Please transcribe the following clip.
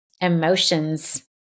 emotions